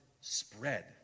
spread